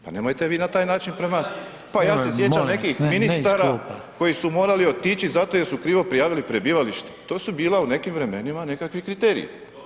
Pa nemojte vi na taj način prema [[Upadica: Molim vas, ne iz klupa.]] Pa ja se sjećam nekih ministara koji su morali otići zato jer su krivo prijavili prebivalište, to su bila u nekim vremenima nekakvi kriteriji.